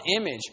image